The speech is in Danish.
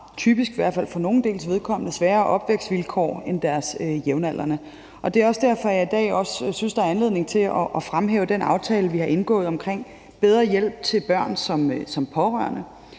fald for nogles vedkommende, sværere kår end deres jævnaldrende. Det er også derfor, at jeg i dag synes, der er anledning til at fremhæve den aftale, vi har indgået omkring bedre hjælp til børn som pårørende,